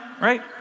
right